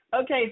Okay